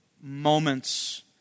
moments